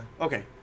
okay